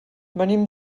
venim